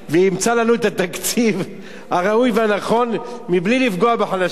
וימצא לנו את התקציב הראוי והנכון מבלי לפגוע בחלשים.